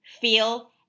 feel